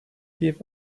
give